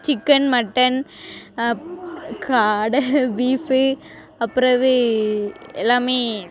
chicken mutton காடை beef அப்பிறவு எல்லாமே